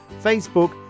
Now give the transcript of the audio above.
Facebook